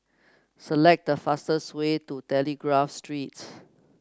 select the fastest way to Telegraph Street